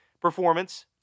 performance